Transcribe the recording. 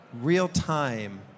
real-time